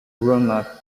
roma